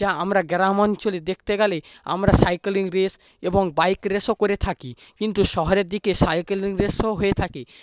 যা আমরা গ্রাম অঞ্চলে দেখতে গেলে আমরা সাইকলিং রেস এবং বাইক রেসও করে থাকি কিন্তু শহরের দিকে সাইক্লিং রেসও হয়ে থাকে